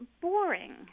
boring